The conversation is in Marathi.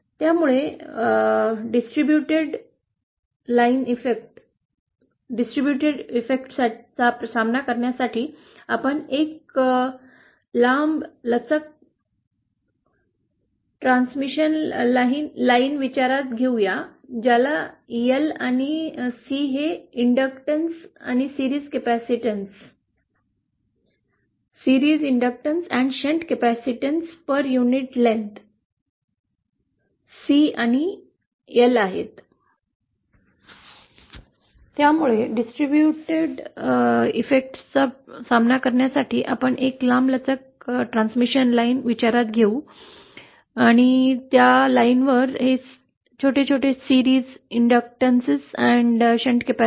त्यामुळे वितरित प्रभावाचा सामना करण्यासाठी आपण एक लांब लचक पारेषण रेषा विचारात घेऊ या ज्यात एल आणि सी आहे inductance series inductance and shunt capacitance per unit length inductance series inductance and shunt capacitances per unit length